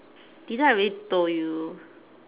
didn't I already told you